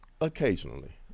Occasionally